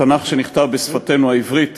התנ"ך, שנכתב בשפתנו העברית